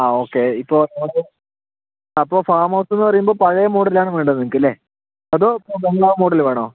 ആ ഓക്കേ ഇപ്പോൾ നമുക്ക് അപ്പോൾ ഫാമ് ഹൗസെന്ന് പറയുമ്പോൾ പഴയ മോഡലാണ് വേണ്ടത് നിങ്ങൾക്കല്ലെ അതോ ബംഗ്ളാവ് മോഡല് വേണോ